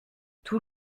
tout